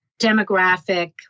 demographic